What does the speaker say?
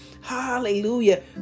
Hallelujah